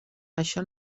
això